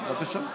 בבקשה.